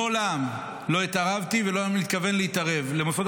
מעולם לא התערבתי ואני לא מתכוון להתערב למוסדות